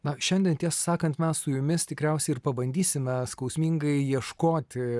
na šiandien tiesą sakant mes su jumis tikriausiai ir pabandysime skausmingai ieškoti